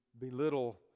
belittle